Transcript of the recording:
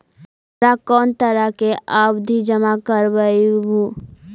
तोहरा कौन तरह के आवधि जमा करवइबू